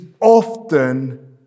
often